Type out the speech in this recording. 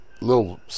little